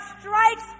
strikes